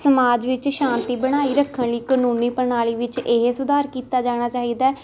ਸਮਾਜ ਵਿੱਚ ਸ਼ਾਂਤੀ ਬਣਾਈ ਰੱਖਣ ਲਈ ਕਾਨੂੰਨੀ ਪ੍ਰਣਾਲੀ ਵਿੱਚ ਇਹ ਸੁਧਾਰ ਕੀਤਾ ਜਾਣਾ ਚਾਹੀਦਾ